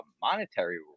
monetary